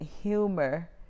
humor